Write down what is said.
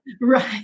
Right